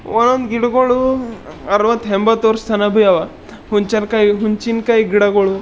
ಒಂದೊದು ಗಿಡಗಳು ಅರ್ವತ್ತು ಎಂಬತ್ತು ವರ್ಷನ ಹಬ್ಯವ ಹುಣ್ಸನ್ ಕಾಯಿ ಹುಣ್ಸಿನ್ ಕಾಯಿ ಗಿಡಗಳು